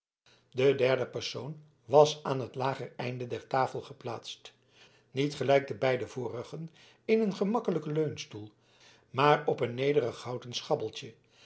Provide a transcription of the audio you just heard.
de derde persoon was aan het lager einde der tafel geplaatst niet gelijk de beide vorigen in een gemakkelijken leunstoel maar op een nederig houten schabelletje